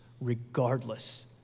regardless